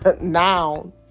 noun